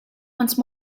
once